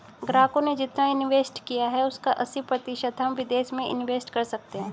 ग्राहकों ने जितना इंवेस्ट किया है उसका अस्सी प्रतिशत हम विदेश में इंवेस्ट कर सकते हैं